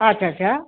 अच्छा अच्छा